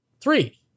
three